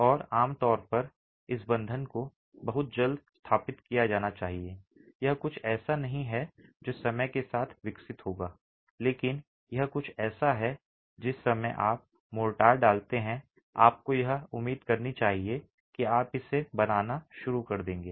और आम तौर पर इस बंधन को बहुत जल्द स्थापित किया जाना चाहिए यह कुछ ऐसा नहीं है जो समय के साथ विकसित होगा लेकिन यह कुछ ऐसा है कि जिस समय आप मोर्टार डालते हैं आपको यह उम्मीद करनी चाहिए कि आप इसे बनाना शुरू कर देंगे